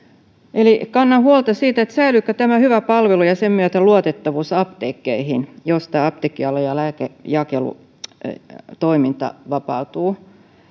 kannan huolta siitä säilyykö tämä hyvä palvelu ja sen myötä luottamus apteekkeihin jos tämä apteekkiala ja lääkejakelutoiminta vapautuvat